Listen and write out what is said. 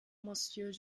monsieur